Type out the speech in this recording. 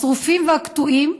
השרופים והקטועים,